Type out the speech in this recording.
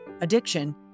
addiction